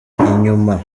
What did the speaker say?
inyuma